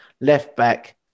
left-back